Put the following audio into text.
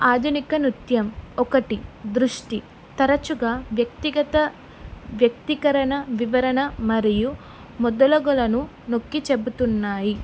ఆధునిక నృత్యం ఒకటి దృష్టి తరచుగా వ్యక్తిగత వ్యక్తికరణ వివరణ మరియు మొదలగునవి నొక్కి చెబుతున్నాయి